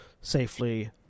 safely